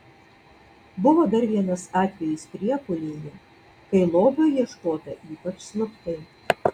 buvo dar vienas atvejis priekulėje kai lobio ieškota ypač slaptai